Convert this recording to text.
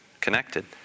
connected